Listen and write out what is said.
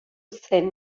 zen